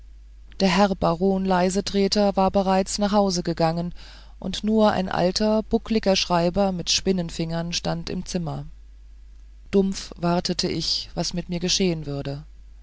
der herr baron leisetreter war bereits nach hause gegangen und nur ein alter buckliger schreiber mit spinnenfingern stand im zimmer dumpf wartete ich was mit mir geschehen würde